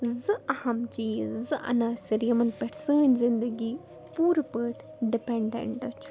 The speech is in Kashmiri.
زٕ اَہم چیٖز زٕ عناصر یِمن پٮ۪ٹھ سٲنۍ زندگی پوٗرٕ پٲٹھۍ ڈِپٮ۪نڈٮ۪نٛٹ چھِ